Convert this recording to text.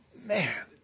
man